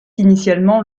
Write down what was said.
initialement